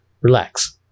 Relax